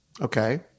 okay